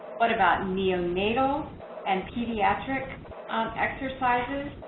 what about neonatal and pediatric exercises,